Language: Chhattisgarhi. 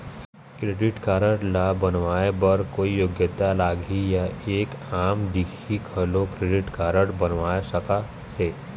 क्रेडिट कारड ला बनवाए बर कोई योग्यता लगही या एक आम दिखाही घलो क्रेडिट कारड बनवा सका थे?